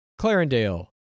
Clarendale